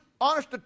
honest